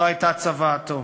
זו הייתה צוואתו.